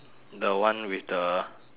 the one with the